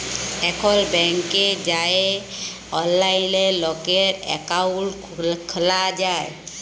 এখল ব্যাংকে যাঁয়ে অললাইলে লকের একাউল্ট খ্যুলা যায়